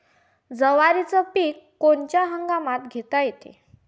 जवारीचं पीक कोनच्या हंगामात घेता येते?